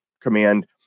command